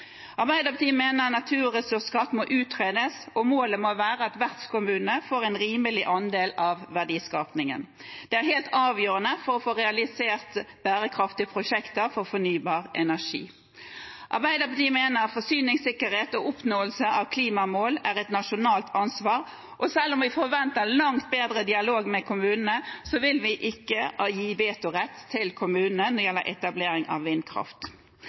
Arbeiderpartiet mener naturressursskatt må utredes, og målet må være at vertskommunene får en rimelig andel av verdiskapingen. Det er helt avgjørende for å få realisert bærekraftige prosjekter for fornybar energi. Arbeiderpartiet mener forsyningssikkerhet og oppnåelse av klimamål er et nasjonalt ansvar, og selv om vi forventer langt bedre dialog med kommunene, vil vi ikke gi vetorett til kommunene når det gjelder etablering av vindkraft.